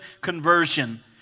conversion